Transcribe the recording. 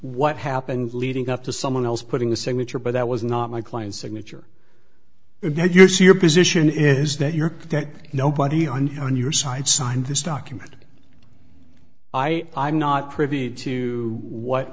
what happened leading up to someone else putting the signature but that was not my client's signature and now you see your position is that your that nobody on your side signed this document i am not privy to what